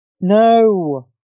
No